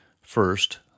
First